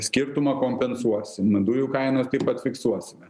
skirtumą kompensuosim dujų kainos taip pat fiksuosime